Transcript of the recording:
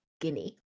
Guinea